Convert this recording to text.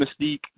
Mystique